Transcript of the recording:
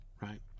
right